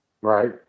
Right